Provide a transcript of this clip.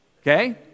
Okay